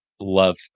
love